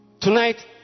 Tonight